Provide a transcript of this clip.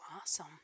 awesome